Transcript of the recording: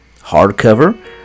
hardcover